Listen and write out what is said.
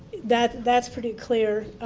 that's that's pretty clear.